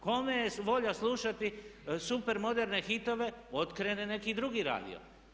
Kome je volja slušati super moderne hitove okrene neki drugi radio.